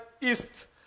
east